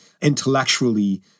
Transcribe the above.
intellectually